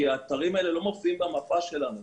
כי האתרים האלה לא מופיעים במפה שלנו.